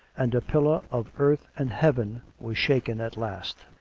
and a pillar of earth and heaven was shaken at last.